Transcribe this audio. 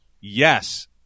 yes